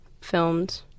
filmed